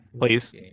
please